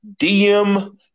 DM